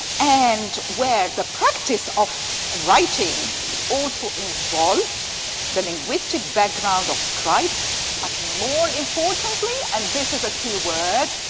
and where the practice of writing also involved the linguistic background of scribes, but more importantly, and this is a keyword,